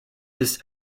des